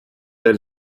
der